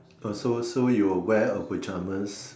oh so so you will wear a pyjamas